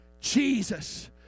Jesus